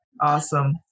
Awesome